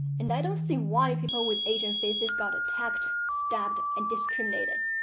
and i don't see why people with asian faces got attacked, stabbed, and discriminated.